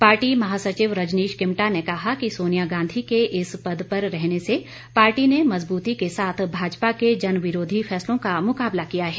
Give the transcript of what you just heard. party महासचिव रजनीश किमटा ने कहा कि सोनिया गांधी के इस पद पर रहने से पार्टी ने मजबूती के साथ भाजपा के जनविरोधी फैसलों का मुकाबला किया है